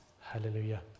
Hallelujah